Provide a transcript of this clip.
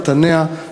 חתניה,